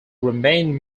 remained